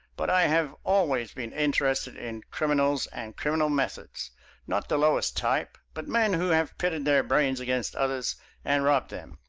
but i have always been interested in criminals and criminal methods not the lowest type, but men who have pitted their brains against others and robbed them.